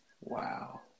Wow